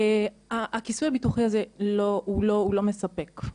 הכיסוי הביטוחי הזה הוא לא מספק.